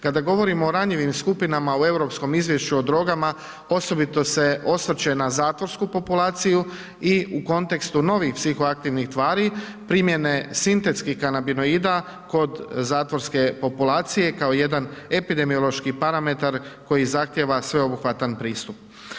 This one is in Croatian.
Kada govorimo o ranjivim skupinama u europskom izvješću o drogama, osobito se osvrće na zatvorsku populaciju i u kontekstu novih psihoaktivnih tvari, primjene sintetskih kanabinoida, kod zatvorske populacije kao jedan epidemiološki parametar koji zahtjeva sveobuhvatni pristup.